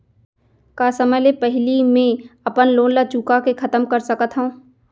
का समय ले पहिली में अपन लोन ला चुका के खतम कर सकत हव?